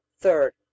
Third